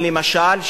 למשל,